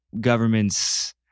governments